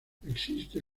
existe